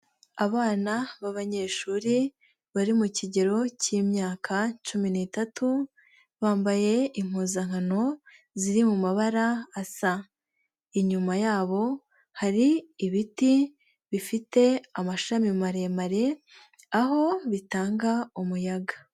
Abana b'abanyeshuri, bari mu kigero cy'imyaka cumi n'itatu, bambaye impuzankano, ziri mu mabara asa, inyuma yabo hari ibiti bifite amashami maremare, aho bitanga umuyaga.